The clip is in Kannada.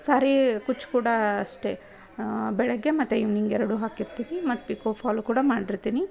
ಸಾರಿ ಕುಚ್ಚು ಕೂಡ ಅಷ್ಟೇ ಬೆಳಿಗ್ಗೆ ಮತ್ತು ಈವ್ನಿಂಗ್ ಎರಡೂ ಹಾಕಿರ್ತೀನಿ ಮತ್ತು ಪಿಕೋ ಫಾಲು ಕೂಡ ಮಾಡಿರ್ತೀನಿ